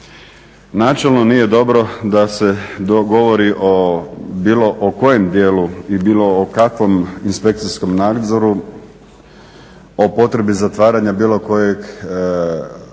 Načelno nije dobro da se dogovori o bilo kojem dijelu i bio o kakvom inspekcijskom nadzoru, o potrebi zatvaranja bilo kojeg gospodarskog